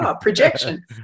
projection